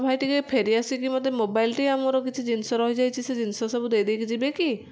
ଭାଇ ଟିକେ ଫେରି ଆସିକି ମୋତେ ମୋବାଇଲ୍ଟି ଆଉ ମୋର କିଛି ଜିନିଷ ରହିଯାଇଛି ସେ ଜିନିଷ ସବୁ ଦେଇ ଦେଇକି ଯିବେ କି